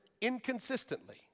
inconsistently